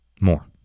more